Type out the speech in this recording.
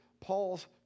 Paul's